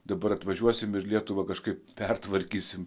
dabar atvažiuosime ir lietuvą kažkaip pertvarkysime